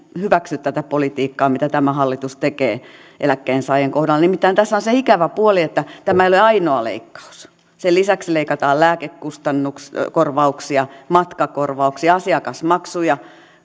hyväksy tätä politiikkaa mitä tämä hallitus tekee eläkkeensaajien kohdalla nimittäin tässä on se ikävä puoli että tämä ei ole ainoa leikkaus sen lisäksi leikataan lääkekustannuskorvauksia matkakorvauksia asiakasmaksuja